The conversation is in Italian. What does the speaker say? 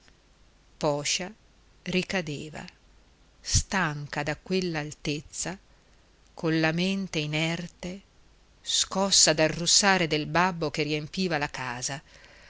poscia ricadeva stanca da quell'altezza con la mente inerte scossa dal russare del babbo che riempiva la casa